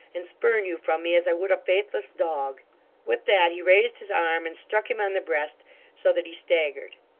and spurn you from me as i would a faithless dog with that he raised his arm, and struck him on the breast so that he staggered.